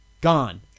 Gone